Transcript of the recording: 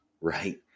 right